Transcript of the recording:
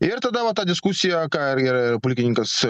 ir tada vat ta diskusija ką ir ir pulkininkas